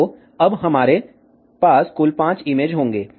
तो अब हमारे पास कुल 5 इमेज होंगे